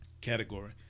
category